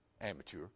Amateur